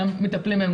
מטפלים בהם,